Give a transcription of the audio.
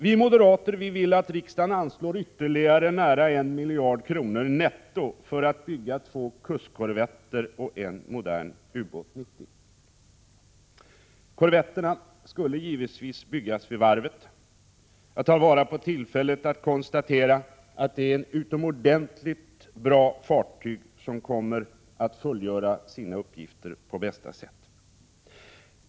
Vi moderater vill att regeringen anslår ytterligare nära en miljard kronor netto för att bygga två kustkorvetter och en modern Ubåt 90. Korvetterna skulle givetvis helt byggas vid varvet. Jag tar vara på tillfället att konstatera att det är utomordentligt bra fartyg, som kommer att fullgöra sina uppgifter på effektivt sätt.